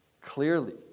clearly